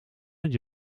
met